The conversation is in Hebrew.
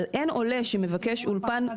אבל אין עולה שמבקש אולפן,